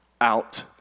out